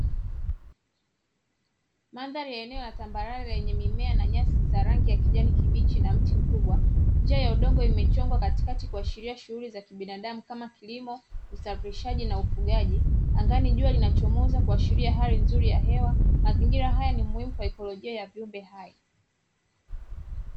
Mandhari ya eneo la tambarare yenye mimea na nyasi za rangi ya kijani kibichi na mti mkubwa, njia ya udongo imechongwa katikati kuashiria shughuli za kibinadamu kama kilimo, usafirishaji, na ufugaji. Angani jua linachomoza kuashiria hali nzuri ya hewa. Mazingira haya ni muhimu kwa ikolojia ya viumbe hai.